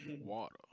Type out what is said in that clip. Water